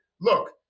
look